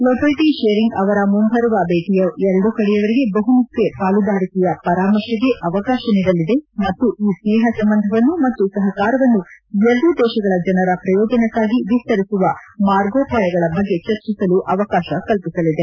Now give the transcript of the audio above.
ಲೋಟೇಬಿ ಶೆರಿಂಗ್ ಅವರ ಮುಂಬರುವ ಭೇಟಿಯು ಎರಡೂ ಕಡೆಯವರಿಗೆ ಬಹುಮುಖಿ ಪಾಲುದಾರಿಕೆಯ ಪರಾಮರ್ಶೆಗೆ ಅವಕಾಶ ನೀಡಲಿದೆ ಮತ್ತು ಈ ಸ್ನೇಹ ಸಂಬಂಧವನ್ನು ಮತ್ತು ಸಹಕಾರವನ್ನು ಎರಡೂ ದೇಶಗಳ ಜನರ ಪ್ರಯೋಜನಕ್ಕಾಗಿ ವಿಸ್ತರಿಸುವ ಮಾರ್ಗೋಪಾಯಗಳ ಬಗ್ಗೆ ಚರ್ಚಿಸಲು ಅವಕಾಶ ಕಲ್ಪಿಸಲಿದೆ